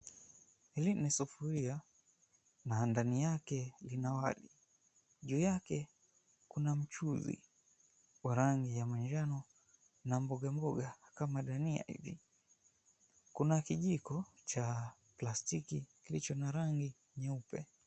Hili ni sufuria na ndani yake lina wali, juu yake, kuna mchuzi wa rangi ya manjano na mboga mboga kama dania hivi. Kuna kijiko cha plastiki kilicho na rangi nyeupe.